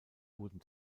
wurden